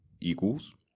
equals